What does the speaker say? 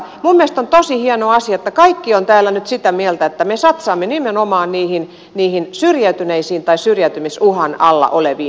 minun mielestäni on tosi hieno asia että kaikki ovat täällä nyt sitä mieltä että me satsaamme nimenomaan niihin syrjäytyneisiin tai syrjäytymisuhan alla oleviin